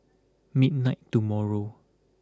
midnight tomorrow